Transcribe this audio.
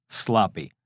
sloppy